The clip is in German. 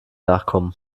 nachkommen